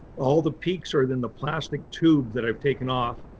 all the peaks are than the plastic tube that i've taken off.